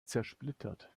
zersplittert